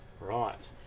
Right